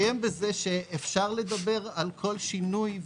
אפשר לדבר על כל שינוי,